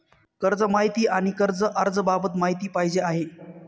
कर्ज माहिती आणि कर्ज अर्ज बाबत माहिती पाहिजे आहे